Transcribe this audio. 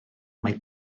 mae